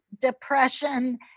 depression